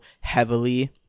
heavily